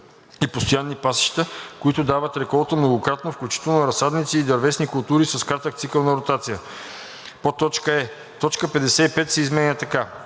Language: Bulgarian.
и постоянни пасища, които дават реколта многократно, включително разсадници и дървесни култури с кратък цикъл на ротация.“; е) точка 55 се изменя така: